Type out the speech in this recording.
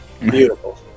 beautiful